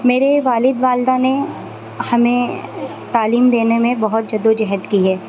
میرے والد والدہ نے ہمیں تعلیم دینے میں بہت جد و جہد کی ہے